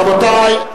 רבותי,